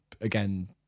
again